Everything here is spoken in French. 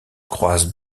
croise